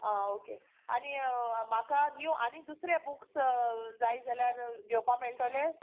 आं ओके आनी म्हाका न्यू आनी दुसरें बुक्स जाय जाल्यार घेवपा मेळटोले